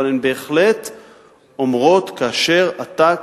אבל הן בהחלט אומרות: כאשר אתה,